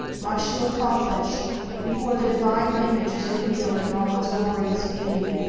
much to accomplish before the divine image is revealed in all its glorious beauty.